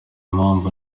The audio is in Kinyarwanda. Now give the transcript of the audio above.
mpamvu